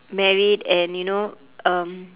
married and you know um